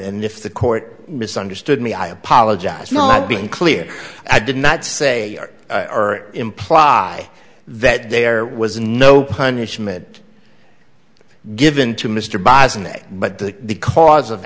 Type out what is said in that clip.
and if the court misunderstood me i apologize not being clear i did not say or imply that there was no punishment given to mr bosler but the cause of